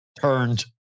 turned